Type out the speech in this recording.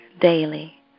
daily